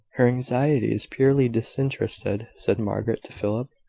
her anxiety is purely disinterested, said margaret to philip.